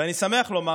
ואני שמח לומר